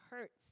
hurts